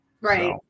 right